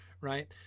right